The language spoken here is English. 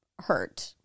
hurt